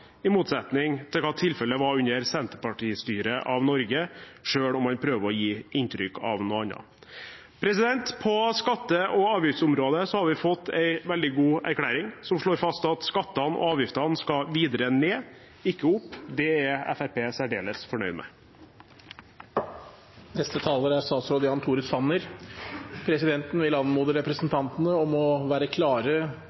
i motsetning til hva tilfellet var under Senterparti-styret av Norge – selv om man prøver å gi inntrykk av noe annet. På skatte- og avgiftsområdet har vi fått en veldig god erklæring, som slår fast at skattene og avgiftene skal videre ned – ikke opp. Det er Fremskrittspartiet særdeles fornøyd med. Det norske samfunn preges av tillit, åpenhet og små forskjeller. Vi har høy verdiskaping og velutbygde velferdsordninger. Det er